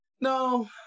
no